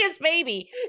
baby